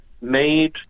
made